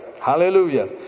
hallelujah